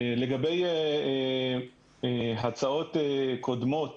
לגבי הצעות קודמות